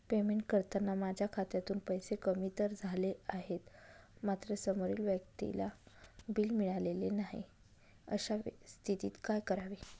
Payment करताना माझ्या खात्यातून पैसे कमी तर झाले आहेत मात्र समोरील व्यक्तीला बिल मिळालेले नाही, अशा स्थितीत काय करावे?